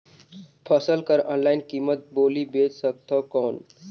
फसल कर ऑनलाइन कीमत बोली बेच सकथव कौन?